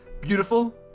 Beautiful